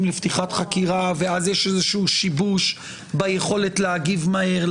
לפתיחת חקירה ואז יש איזשהו שיבוש ביכולת להגיב מהר,